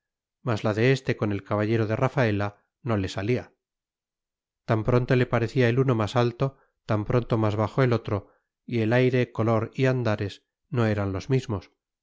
mas la de éste con el caballero de rafaela no le salía tan pronto le parecía el uno más alto tan pronto más bajo el otro y el aire color y andares no eran los mismos